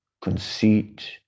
Conceit